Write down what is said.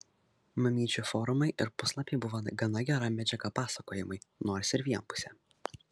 mamyčių forumai ir puslapiai buvo gana gera medžiaga pasakojimui nors ir vienpusė